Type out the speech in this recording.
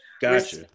Gotcha